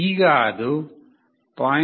ಈಗ ಅದು 0